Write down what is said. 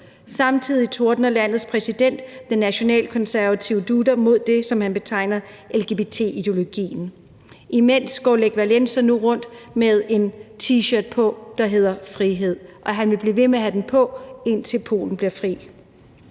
Samtidig tordner landets præsident, den nationalkonservative Duda, mod det, som han betegner som lgbt-ideologien. Imens går Lech Walesa nu rundt med en T-shirt på, hvor der står »Frihed«, og han vil blive ved med at have den på, indtil Polen bliver frit.